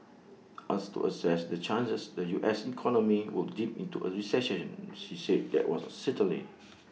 asked to assess the chances the U S economy would dip into A recession he said that was A certainty